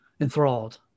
enthralled